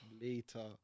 Later